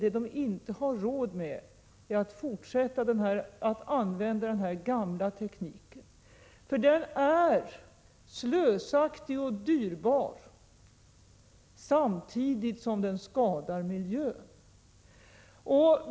Det de inte har råd med är att fortsätta att använda den gamla tekniken, för den är slösaktig och dyrbar samtidigt som den skadar miljön.